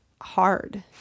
hard